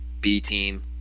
B-Team